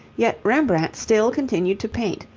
yet rembrandt still continued to paint,